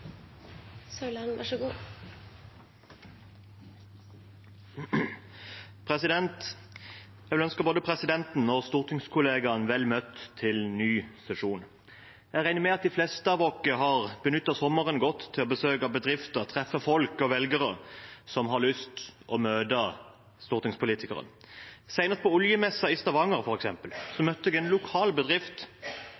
Jeg vil ønske både presidenten og stortingskollegaene vel møtt til ny sesjon. Jeg regner med at de fleste av oss har benyttet sommeren godt, til å besøke bedrifter og treffe folk og velgere som har lyst til å møte stortingspolitikere. Senest på oljemessa i Stavanger